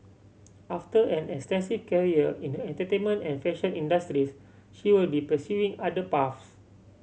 after an extensive career in the entertainment and fashion industries she will be pursuing other paths